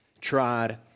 tried